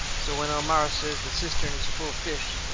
so when elmira says the cistern is full of fish,